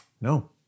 No